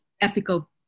ethical